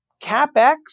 CapEx